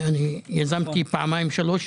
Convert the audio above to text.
יזמתי פעמיים שלוש,